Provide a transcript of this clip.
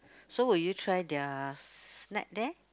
so would you try their snack there